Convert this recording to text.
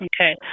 Okay